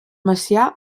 macià